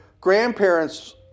grandparents